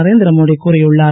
நரேந்திர மோடி கூறியுள்ளார்